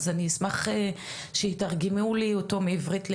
אז אני אשמח שיתרגמו לי אותו מעברית לעברית.